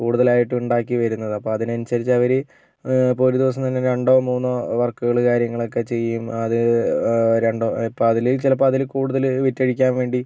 കൂടുതലായിട്ടും ഉണ്ടാക്കി വരുന്നത് അപ്പോൾ അതിന് അനുസരിച്ച് അവര് ഇപ്പോൾ ഒരു ദിവസം തന്നെ രണ്ടോ മൂന്നോ വർക്കുകളും കാര്യങ്ങളൊക്കെ ചെയ്യും അത് രണ്ടോ ഇപ്പോൾ അതില് ചിലപ്പോൾ അതില് കൂടുതല് വിറ്റ് അഴിക്കാൻ വേണ്ടി